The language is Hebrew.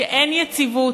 שאין יציבות,